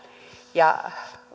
ja